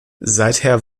seither